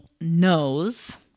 knows